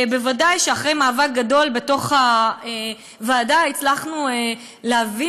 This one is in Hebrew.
ודאי שאחרי מאבק גדול בתוך הוועדה הצלחנו להביא